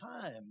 time